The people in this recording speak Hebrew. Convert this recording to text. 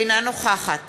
אינה נוכחת